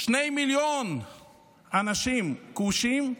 שני מיליון אנשים כושים,